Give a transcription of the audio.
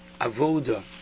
Avoda